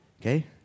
Okay